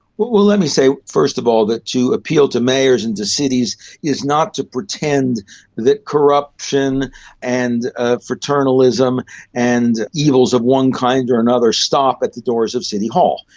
but let me say first of all that to appeal to mayors and to cities is not to pretend that corruption and ah fraternalism and evils of one kind or another stop at the doors of city hall.